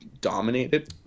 dominated